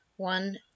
one